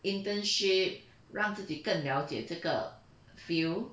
internship 让自己更了解这个 feel